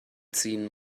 ziehen